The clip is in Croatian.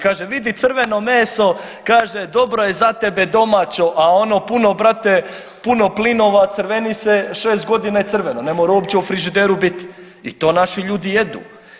Kaže, vidi crveno meso kaže dobro je za tebe domaće, a ono puno brate puno plinova, crveni se, šest godina je crveno ne mora uopće u frižideru biti i to naši ljudi jedu.